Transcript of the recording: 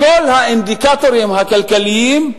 כל האינדיקטורים הכלכליים,